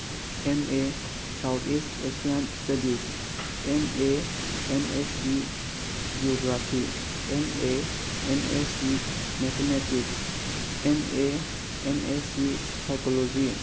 M A south east asian studies M A M S C geography M A M S C mathematics M A M S C psychology